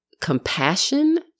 compassion